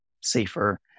safer